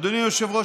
אדוני היושב-ראש,